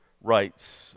rights